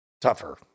tougher